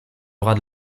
bras